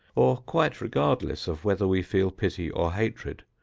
or quite regardless of whether we feel pity or hatred,